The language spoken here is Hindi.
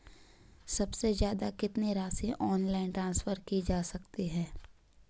सबसे ज़्यादा कितनी राशि ऑनलाइन ट्रांसफर की जा सकती है?